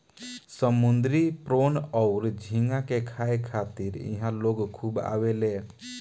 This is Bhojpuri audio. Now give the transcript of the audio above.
समुंद्री प्रोन अउर झींगा के खाए खातिर इहा लोग खूब आवेले